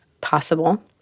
possible